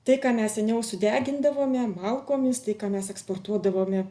tai ką mes seniau sudegindavome malkomis tai ką mes eksportuodavome